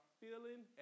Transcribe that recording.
feeling